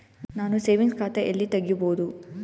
ನಾನು ಸೇವಿಂಗ್ಸ್ ಖಾತಾ ಎಲ್ಲಿ ತಗಿಬೋದು?